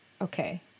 okay